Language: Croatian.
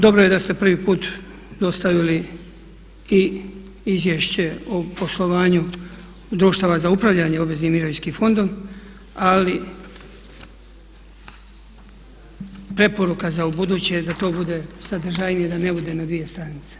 Dobro je da ste prvi put dostavili i Izvješće o poslovanju društava za upravljanje obveznim mirovinskim fondom ali preporuka za ubuduće da to bude sadržajnije, da ne bude na dvije stranice.